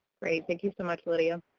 great. thank you so much, lydia.